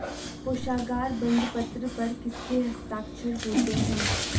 कोशागार बंदपत्र पर किसके हस्ताक्षर होते हैं?